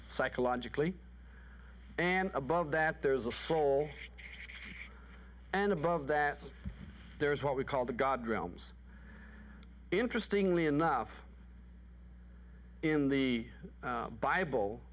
psychologically and above that there is a soul and above that there is what we call the god realms interestingly enough in the bible